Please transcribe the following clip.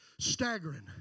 Staggering